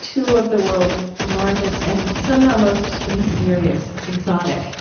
two of the world's largest and somehow most mysterious, exotic,